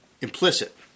Implicit